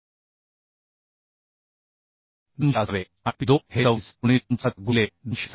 200 असावे आणि P 2 हे 26 गुणिले 75 गुणिले 200 असावे